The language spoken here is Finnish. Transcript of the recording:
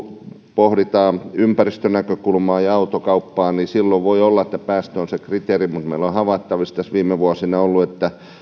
pohditaan ympäristönäkökulmaa ja autokauppaa silloin voi olla että päästö on kriteeri mutta meillä on havaittavissa tässä viime vuosina ollut että siinä